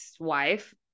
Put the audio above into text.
wife